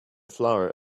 flower